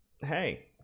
Hey